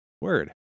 Word